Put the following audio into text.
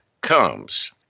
comes